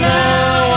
now